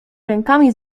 rękami